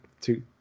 two